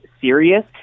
serious